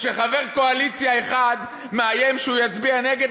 שחבר קואליציה אחד מאיים שהוא יצביע נגד,